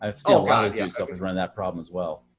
i've still got and yeah yourself and around that problem as well.